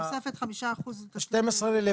צריך להוריד את התופסת של 5%. ה-12 רלוונטי